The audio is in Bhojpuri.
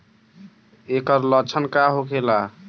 ऐकर लक्षण का होखेला?